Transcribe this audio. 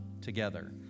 together